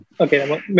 okay